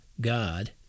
God